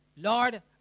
Lord